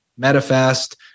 MetaFast